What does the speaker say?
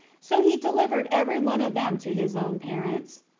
so he delivered every one of them to his own parents.